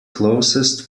closest